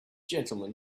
gentlemen